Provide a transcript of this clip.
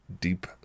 Deep